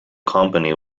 company